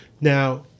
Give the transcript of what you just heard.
now